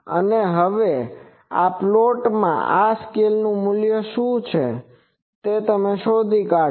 અને હવે આ પ્લોટમાંથી આ સ્કેલનું મૂલ્ય શું છે તે તમે શોધી કાઢો